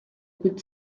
good